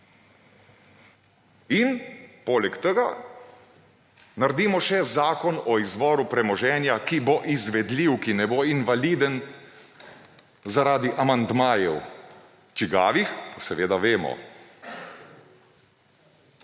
In poleg tega naredimo še Zakon o izvoru premoženja, ki bo izvedljiv, ki ne bo invaliden zaradi amandmajev. Čigavih? Seveda vemo.